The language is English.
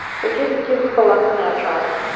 but give give balasana a try